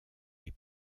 les